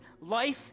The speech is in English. Life